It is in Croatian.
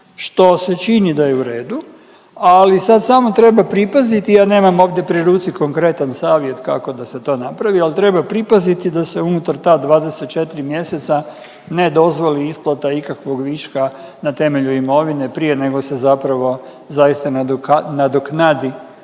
što se čini da je u redu, ali sad samo treba pripaziti, ja nema ovdje pri ruci konkretan savjet kako da se to napravi, ali treba pripaziti da se unutar ta 24 mjeseca ne dozvoli isplata ikakvog viška na temelju imovine prije nego se zapravo nadoknadi